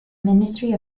ministry